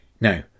now